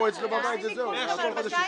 בטח.